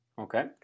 Okay